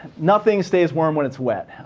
nothing stays warm when it's wet.